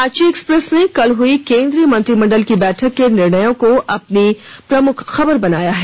Ranchi Express ने कल हुई केंद्रीय मंत्रिमंडल की बैठक के निर्णयों को अपनी प्रमुख खबर बनाया है